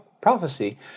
prophecy